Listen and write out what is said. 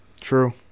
True